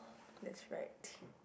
that's right